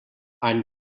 any